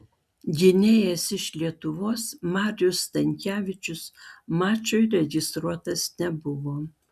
gynėjas iš lietuvos marius stankevičius mačui registruotas nebuvo